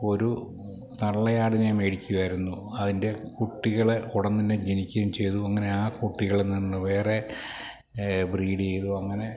ഒരു തള്ളയാടിനെ മേടിക്കുവായിരുന്നു അതിൻ്റെ കുട്ടികളെ ഉടൻതന്നെ ജനിക്കുകയും ചെയ്തു അങ്ങനെ ആ കുട്ടികളിൽ നിന്ന് വേറെ ബ്രീഡെയ്തു അങ്ങനെ